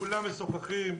כולם משוחחים,